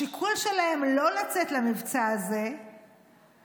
השיקול שלהם לא לצאת למבצע הזה היה